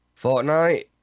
Fortnite